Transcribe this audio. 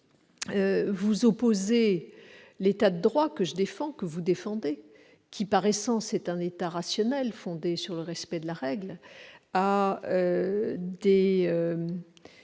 Vous opposez l'État de droit, que nous défendons tous et qui par essence est un État rationnel, fondé sur le respect de la règle, à des